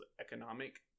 economic